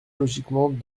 logiquement